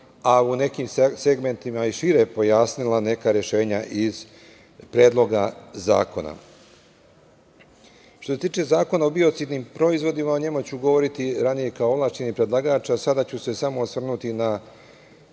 a u nekim segmentima i šire pojasnila neka rešenja iz predloga zakona. Što se tiče Zakona o bicidnim proizvodima o njima ću govoriti ranije, kao ovlašćeni predlagač, a sada ću se samo osvrnuti na